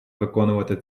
виконувати